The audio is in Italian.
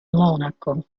monaco